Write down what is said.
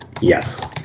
Yes